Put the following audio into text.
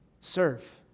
Serve